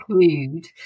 include